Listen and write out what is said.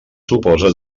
suposa